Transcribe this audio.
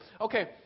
okay